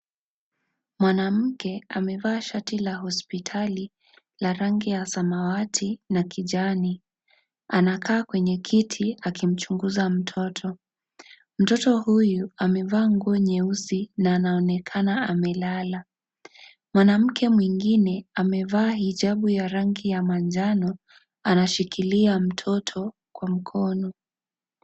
Mwanamke amevaa shati la hospitali la rangi ya samawati na kijani. Anakaa kwenye kiti akimchunguza mtoto. Mtoto huyu amevaa nguo nyeusi na anaonekana amelala. Mwanamke mwingine amevaa hijabu ya rangi ya manjano ,anashikilia mtoto kwa mkono.